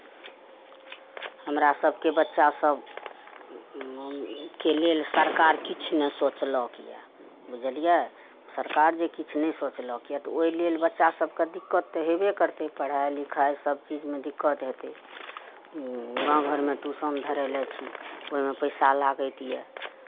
हमरा सभकेँ बच्चा सभ के लेल सरकार किछु नहि सोचलक यए बुझलियै सरकार जे किछु नहि सोचलक यए तऽ ओहि लेल बच्चा सभकेँ दिक्कत तऽ हेबे करतै पढ़ाइ लिखाइ सभ चीजमे दिक्कत हेतै गाँव घरमे ट्यूशन धरयने छी ओहिमे पैसा लागैत यए